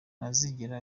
ntazigera